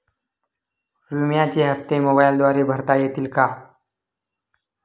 विम्याचे हप्ते मोबाइलद्वारे भरता येतील का?